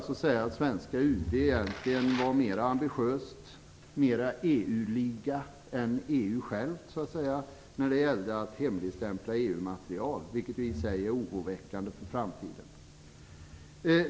Svenska UD var egentligen mer ambitiöst - mer EU-lika - än EU självt när det gällde att hemligstämpla EU-material - vilket är oroväckande för framtiden.